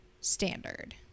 standard